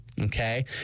okay